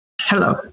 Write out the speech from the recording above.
Hello